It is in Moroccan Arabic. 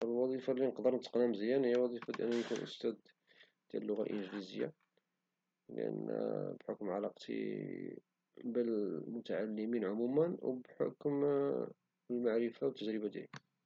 الوظيفة اللي نقدر نتقن مزيان هي الوظيفة ديال استاد ديال اللغة الانجليزية لان بحكم علاقتي بالمتعلمين قليلا او بحكم المعرفة والتجربة ديالي